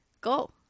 go